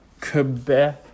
Quebec